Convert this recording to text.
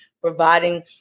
providing